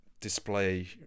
display